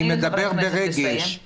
אני מדבר ברגש.